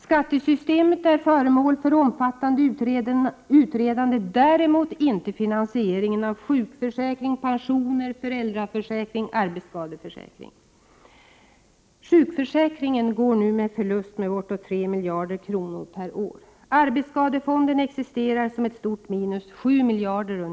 Skattesystemet är föremål för omfattande utredande, däremot inte finansieringen av sjukförsäkring, pensioner, föräldraförsäkring, arbetsskadeförsäkring m.m. Sjukförsäkringen går nu med förlust med bortemot 3 miljarder kronor per år. Arbetsskadefonden existerar som ett stort minus, ungefär 7 miljarder.